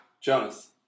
Jonas